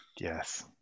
yes